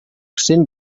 cent